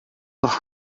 almost